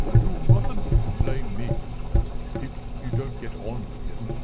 you mustn't blame me if you don't get on with him,